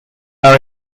are